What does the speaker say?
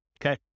okay